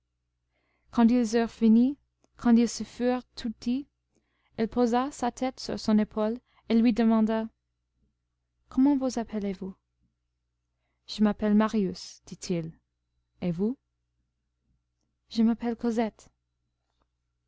furent tout dit elle posa sa tête sur son épaule et lui demanda comment vous appelez-vous je m'appelle marius dit-il et vous je m'appelle cosette